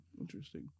Interesting